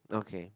okay